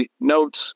notes